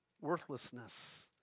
worthlessness